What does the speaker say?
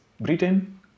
Britain